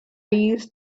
used